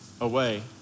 away